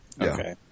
Okay